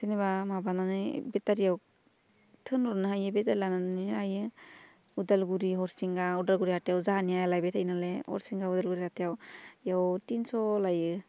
जेनेबा माबानानै बेटारियाव थोनहरनो हायो बेटारि लानानै हायो उदालगुरि हरसिंगा उदालगुरि हाथाइआव जोंहानिया लायबाय थायोनालाय हरसिंगा उदालगुरि हाथाइयाव बियाव थिनस' लायो